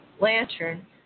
lantern